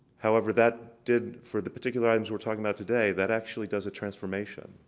however, that did for the particular items we're talking about today, that actually does a transformation.